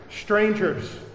Strangers